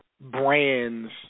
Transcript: brands